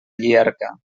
llierca